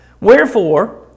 Wherefore